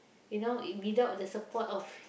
you know if without the support of